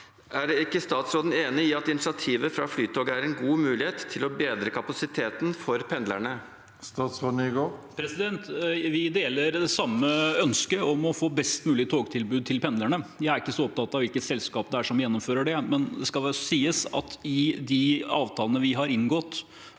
Er ikke statsråden enig i at initiativet fra Flytoget er en god mulighet til å bedre kapasiteten for pendlerne? Statsråd Jon-Ivar Nygård Vi deler øns- ket om å få et best mulig togtilbud til pendlerne. Jeg er ikke så opptatt av hvilket selskap som gjennomfører det, men det skal sies at det i avtalene vi har inngått